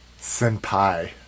senpai